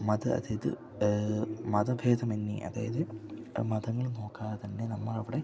മത അതിത് മതഭേദമന്യേ അതായത് മതങ്ങൾ നോക്കാതെ തന്നെ നമ്മളവിടെ